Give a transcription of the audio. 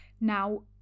Now